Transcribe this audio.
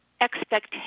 expectations